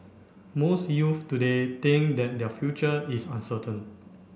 most youths today think that their future is uncertain